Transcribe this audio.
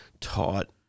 taught